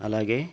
అలాగే